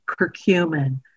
curcumin